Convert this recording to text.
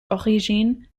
origine